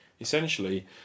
essentially